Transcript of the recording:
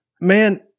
man